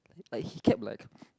like he kept like